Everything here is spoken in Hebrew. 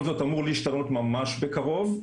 כל זאת אמור להשתנות ממש בקרוב,